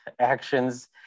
actions